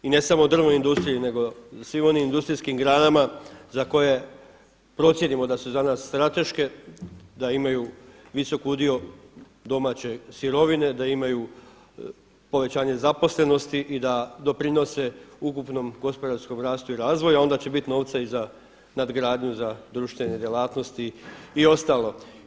I ne samo drvnoj industriji, nego svim onim industrijskim granama za koje procijenimo da su za nas strateške, da imaju visok udio domaće sirovine, da imaju povećanje zaposlenosti i da doprinose ukupnom gospodarskom rastu i razvoju, a onda će bit novca i za nadgradnju, za društvene djelatnosti i ostalo.